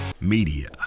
Media